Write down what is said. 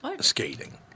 skating